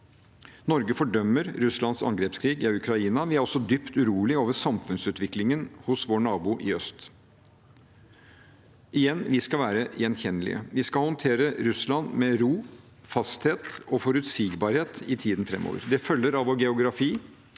Norge fordømmer Russlands angrepskrig i Ukraina. Vi er også dypt urolig over samfunnsutviklingen hos vår nabo i øst. Igjen: Vi skal være gjenkjennelige. Vi skal håndtere Russland med ro, fasthet og forutsigbarhet i tiden framover. Det følger av vår geografi,